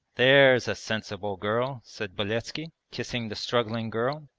there's a sensible girl said beletski, kissing the struggling girl.